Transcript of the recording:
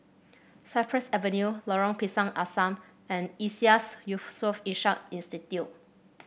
Cypress Avenue Lorong Pisang Asam and Iseas Yusof Ishak Institute